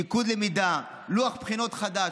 מיקוד למידה, לוח בחינות חדש.